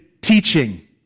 teaching